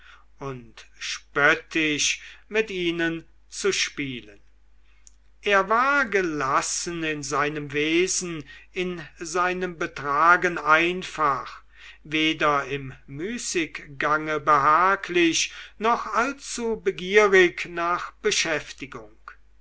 und spöttisch mit ihnen zu spielen er war gelassen in seinem wesen in seinem betragen einfach weder im müßiggange behaglich noch allzubegierig nach beschäftigung